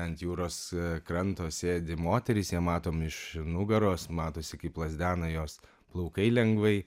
ant jūros kranto sėdi moteris ją matom iš nugaros matosi kaip plazdena jos plaukai lengvai